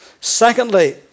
Secondly